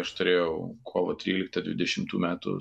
aš turėjau kovo tryliktą dvidešimtų metų